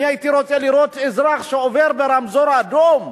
אני הייתי רוצה לראות אזרח שעובר ברמזור אדום,